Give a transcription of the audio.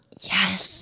Yes